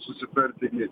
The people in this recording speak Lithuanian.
susitarti ir jie